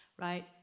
right